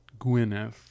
Gwyneth